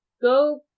go